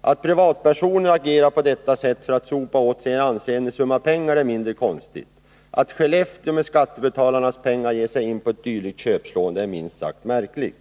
Att privatpersoner agerar på detta sätt för att sopa åt sig en ansenlig summa pengar är mindre konstigt. Men att Skellefteå med skattebetalarnas pengar ger sig in på ett dylikt köpslående är minst sagt märkligt.